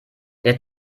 der